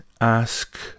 ask